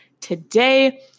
today